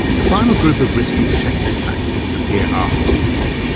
the final group of risk and protective factors appear after the event,